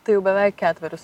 tai jau beveik ketverius